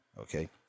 Okay